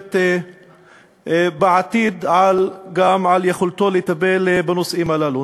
יישפט בעתיד גם על יכולתו לטפל בנושאים הללו.